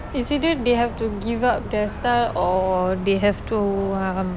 is either they have to give up their style or they have to um